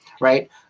right